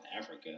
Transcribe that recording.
Africa